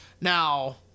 Now